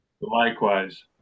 Likewise